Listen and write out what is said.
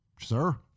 sir